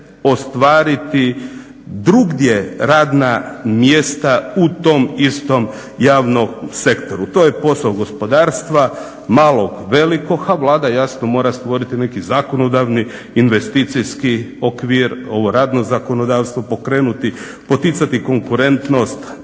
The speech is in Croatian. ostvariti drugdje radna mjesta u tom istom javnom sektoru. To je posao gospodarstva, malog i velikog, a Vlada jasno mora stvoriti neki zakonodavni investicijski okvir, ovo radno zakonodavstvo pokrenuti, poticati konkurentnost